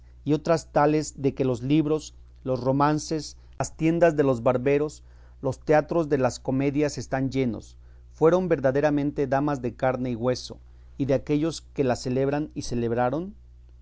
y otras tales de que los libros los romances las tiendas de los barberos los teatros de las comedias están llenos fueron verdaderamente damas de carne y hueso y de aquéllos que las celebran y celebraron